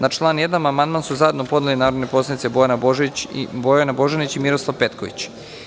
Na član 1. amandman su zajedno podneli narodni poslanici Bojana Božanić i Miroslav Petković.